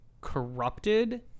corrupted –